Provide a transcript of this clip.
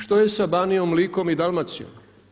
Što je sa Banijom, Likom i Dalmacijom?